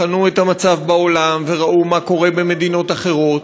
בחנו את המצב בעולם וראו מה קורה במדינות אחרות,